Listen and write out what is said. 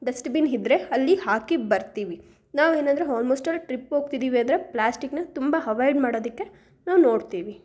dustbin ಇದ್ರೆ ಅಲ್ಲಿ ಹಾಕಿ ಬರ್ತೀವಿ ನಾವು ಏನಾದರೂ ಆಲ್ಮೋಸ್ಟ್ ಆಲ್ ಟ್ರಿಪ್ ಹೋಗ್ತಿದಿವಿ ಅಂದರೆ ಪ್ಲಾಸ್ಟಿಕನ ತುಂಬ ಹವೈಡ್ ಮಾಡೋದಕ್ಕೆ ನಾವು ನೋಡ್ತೀವಿ